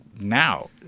now